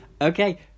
okay